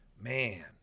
Man